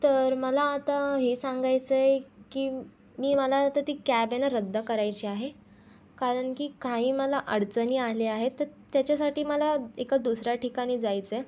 तर मला आता हे सांगायचं आहे की मी मला आता ती कॅब आहे ना रद्द करायची आहे कारण की काही मला अडचणी आल्या आहेत तर त्याच्यासाठी मला एका दुसऱ्या ठिकाणी जायचं आहे